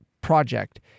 project